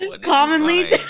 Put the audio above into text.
Commonly